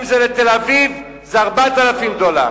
אם לתל-אביב זה 4,000 דולר.